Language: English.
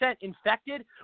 infected